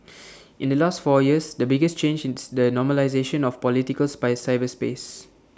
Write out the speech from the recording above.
in the last four years the biggest change is the normalisation of political cyberspace